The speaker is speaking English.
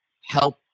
help